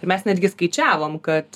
ir mes netgi skaičiavom kad